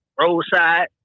Roadside